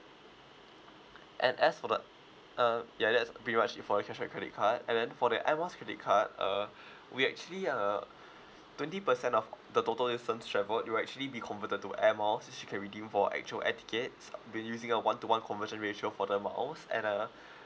and as for the uh ya that's pretty much it for the cashback credit card and then for the air miles credit card uh we actually uh twenty percent of the total distance travelled it will actually be converted to air miles which you can redeem for actual air tickets be using a one to one conversion ratio for the miles and uh